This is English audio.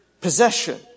possession